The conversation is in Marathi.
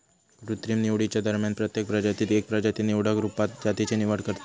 कृत्रिम निवडीच्या दरम्यान प्रत्येक प्रजातीत एक प्रजाती निवडक रुपात जातीची निवड करता